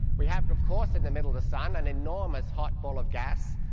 we have of course in the middle the sun, an enormous hot ball of gas,